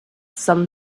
some